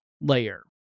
layer